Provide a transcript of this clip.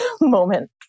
moment